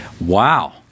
Wow